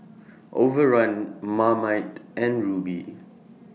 Overrun Marmite and Rubi